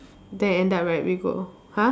then end up right we go !huh!